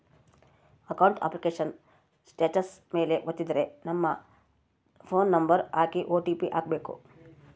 account application status ಮೇಲೆ ವತ್ತಿದ್ರೆ ನಮ್ ಫೋನ್ ನಂಬರ್ ಹಾಕಿ ಓ.ಟಿ.ಪಿ ಹಾಕ್ಬೆಕು